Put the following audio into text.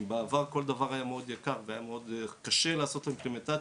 אם בעבר כל דבר היה מאוד יקר והיה מאוד קשה לעשות אימפלמנטציה,